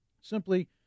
Simply